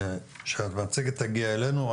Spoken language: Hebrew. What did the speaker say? שהמצגת תגיע אלינו.